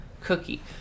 cookie